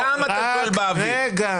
סתם אתה שואל באוויר.